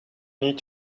need